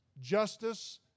justice